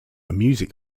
music